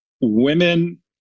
women